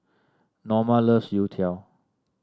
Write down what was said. Norma loves youtiao